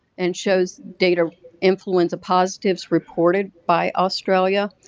and shows data influenza positives reported by australia.